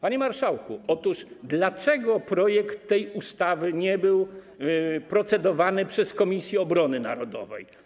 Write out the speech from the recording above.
Panie marszałku, otóż dlaczego projekt tej ustawy nie był procedowany przez Komisję Obrony Narodowej?